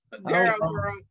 Daryl